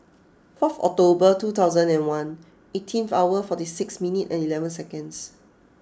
fourth October two thousand and one eighteen hour forty six minute and eleven seconds